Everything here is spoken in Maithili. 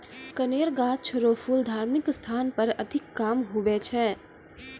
कनेर गाछ रो फूल धार्मिक स्थान पर अधिक काम हुवै छै